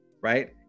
right